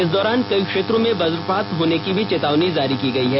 इस दौरान कई क्षेत्रों में वजपात होने की भी चेतावनी जारी की गयी है